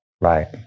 Right